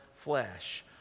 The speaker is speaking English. flesh